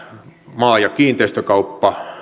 maa ja kiinteistökaupan